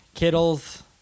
Kittles